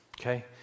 Okay